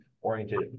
oriented